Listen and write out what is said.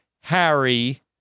Harry